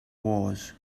wars